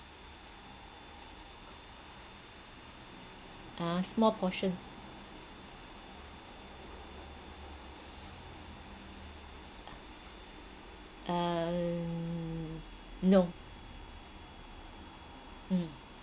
ah small portion um no mm